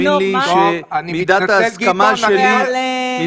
תאמין לי שמידת ההסכמה שלי --- טוב.